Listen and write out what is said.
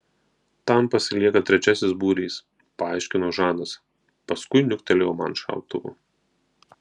tam pasilieka trečiasis būrys paaiškino žanas paskui niuktelėjo man šautuvu